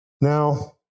Now